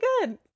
good